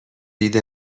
دید